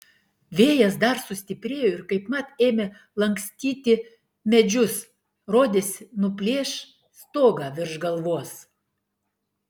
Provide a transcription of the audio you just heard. vėjas dar sustiprėjo ir kaipmat ėmė lankstyti medžius rodėsi nuplėš stogą virš galvos